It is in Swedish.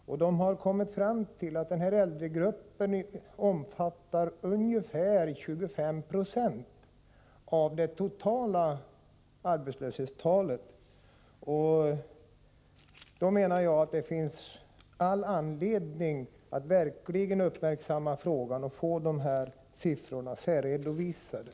Länsarbetsnämnden har kommit fram till att denna grupp omfattar ungefär 25 96 av det totala arbetslöshetstalet. Det finns mot denna bakgrund all anledning att vi verkligen uppmärksammar frågan och ser till att dessa siffror särredovisas.